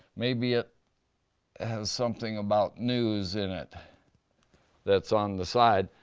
maybe it has something about news in it that's on the side.